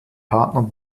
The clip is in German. partner